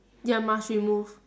ya must remove